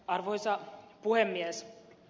arvoisa puhemies